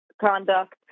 conduct